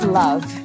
love